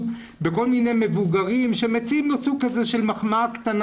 בכל מיני מבוגרים שמציעים לו סוג כזה של מחמאה קטנה,